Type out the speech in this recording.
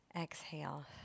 exhale